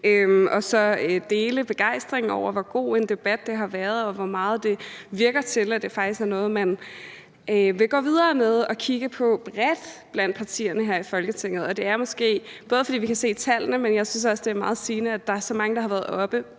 så dele begejstringen over, hvor god en debat det har været, og hvor meget det virker, som om det faktisk er noget, man vil gå videre med og kigge på bredt blandt partierne her i Folketinget. Det er måske, fordi vi kan se tallene, men jeg synes også, at det er meget sigende, at der er så mange, der har været oppe,